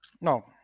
No